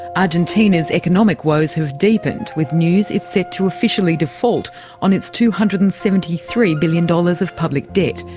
argentina's economic woos have deepened, with news it's set to officially default on its two hundred and seventy three billion dollars of public debt.